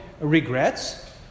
regrets